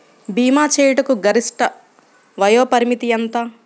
భీమా చేయుటకు గరిష్ట వయోపరిమితి ఎంత?